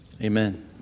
Amen